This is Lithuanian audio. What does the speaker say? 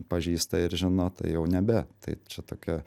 pažįsta ir žino tai jau nebe tai čia tokia